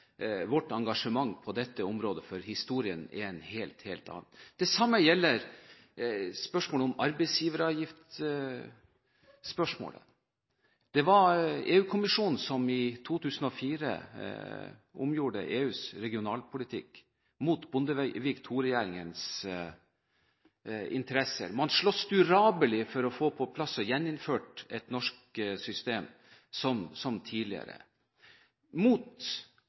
vårt engasjement på dette området, for historien er en helt annen. Det samme gjelder spørsmålet om arbeidsgiveravgift. Det var EU-kommisjonen som i 2004 omgjorde EUs regionalpolitikk – mot Bondevik II-regjeringens interesse. Man sloss durabelig for å få på plass og få gjeninnført et norsk system – som tidligere – mot